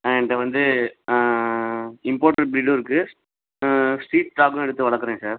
ஏன்கிட்ட வந்து இம்போர்ட்டட் பீடும் இருக்குது ஸ்ட்ரீட் டாக்கும் எடுத்து வளர்க்குறேன் சார்